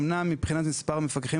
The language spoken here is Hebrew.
אמנם, מבחינת מספר מפקחים,